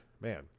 man